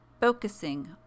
focusing